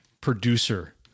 producer